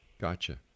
Gotcha